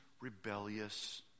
rebellious